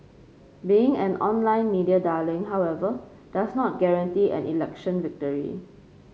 being an online media darling however does not guarantee an election victory